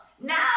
Now